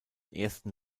ersten